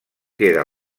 queda